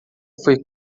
foi